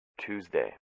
Tuesday